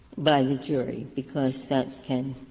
by the jury, because that can